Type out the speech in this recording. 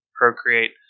procreate